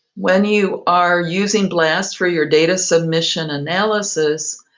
when you are using blast for your data submission analysis,